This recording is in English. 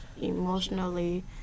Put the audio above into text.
emotionally